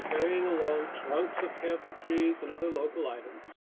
carrying along trunks of camphor trees and other local items,